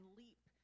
leap